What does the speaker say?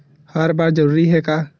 हर बार जरूरी हे का?